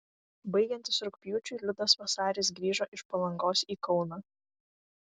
baigiantis rugpjūčiui liudas vasaris grįžo iš palangos į kauną